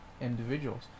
individuals